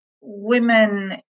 women